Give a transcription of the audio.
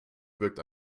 wirkt